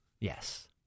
Yes